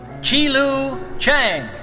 chilu cheng.